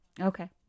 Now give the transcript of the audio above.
okay